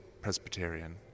Presbyterian